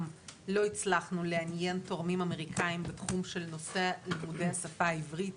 לא הצלחנו לעניין תורמים אמריקאים בנושא לימודי השפה העברית